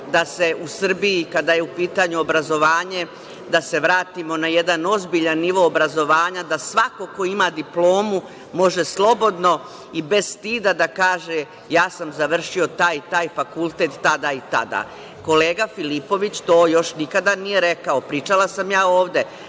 da se u Srbiji, kada je u pitanju obrazovanje, vratimo na jedan ozbiljan nivo obrazovanja, da svako ko ima diplomu može slobodno i bez stida da kaže – ja sam završio taj i taj fakultet, tada i tada. Kolega Filipović, to još nikada nije rekao. Pričala sam ovde.